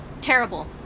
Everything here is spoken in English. Terrible